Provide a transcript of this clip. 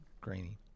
grainy